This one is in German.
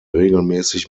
regelmäßig